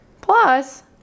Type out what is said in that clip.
Plus